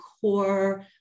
core